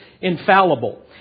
infallible